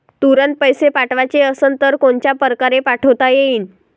तुरंत पैसे पाठवाचे असन तर कोनच्या परकारे पाठोता येईन?